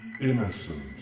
innocent